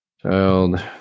child